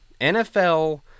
NFL